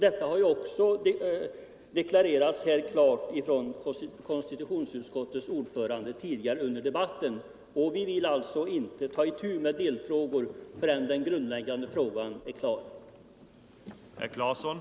Detta har ningar också konstitutionsutskottets ordförande tidigare i debatten deklarerat mycket klart. Vi vill alltså inte ta itu med några delfrågor förrän den grundläggande frågan är helt klar.